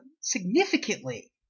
significantly